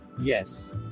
Yes